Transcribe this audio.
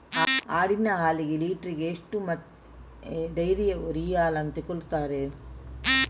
ಆಡಿನ ಹಾಲಿಗೆ ಲೀಟ್ರಿಗೆ ಎಷ್ಟು ಮತ್ತೆ ಡೈರಿಯವ್ರರು ಈ ಹಾಲನ್ನ ತೆಕೊಳ್ತಾರೆ?